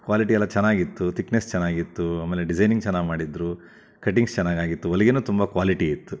quality ಎಲ್ಲ ಚೆನ್ನಾಗಿತ್ತು thickness ಚೆನ್ನಾಗಿತ್ತು ಆಮೇಲೆ ಡಿಸೈನಿಂಗ್ ಚೆನ್ನಾಗಿ ಮಾಡಿದ್ದರು ಕಟ್ಟಿಂಗ್ಸ್ ಚೆನ್ನಾಗಾಗಿತ್ತು ಹೊಲಿಗೆಯೂ ತುಂಬ ಕ್ವಾಲಿಟಿ ಇತ್ತು